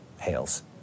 hails